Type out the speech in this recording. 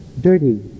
Dirty